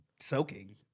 soaking